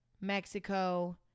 Mexico